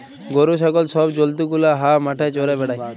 গরু, ছাগল ছব জল্তু গুলা হাঁ মাঠে চ্যরে বেড়ায়